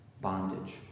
bondage